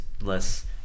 less